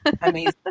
amazing